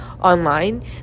online